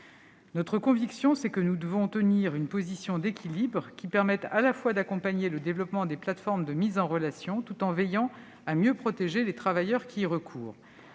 Notre conviction, c'est que nous devons tenir une position d'équilibre, qui permette à la fois d'accompagner le développement des plateformes de mise en relation et de mieux protéger les travailleurs qui y ont